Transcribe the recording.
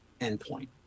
endpoint